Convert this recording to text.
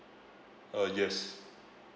uh yes